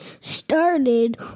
started